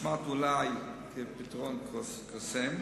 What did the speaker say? נשמעת אולי כפתרון קסם,